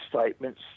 statements